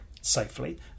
safely